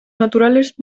naturales